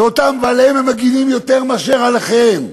ועליהם הם מגינים יותר מאשר על אחיהם.